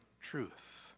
truth